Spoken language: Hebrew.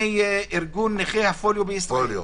מארגון נכי הפוליו בישראל,